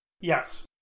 Yes